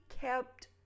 kept